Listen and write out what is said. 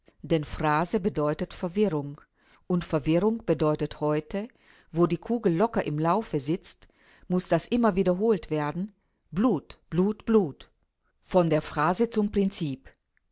denn phrase bedeutet verwirrung und verwirrung bedeutet heute wo die kugel locker im laufe sitzt muß das immer wiederholt werden blut blut blut von der phrase zum prinzip